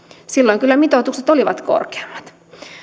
silloin kyllä mitoitukset olivat korkeammat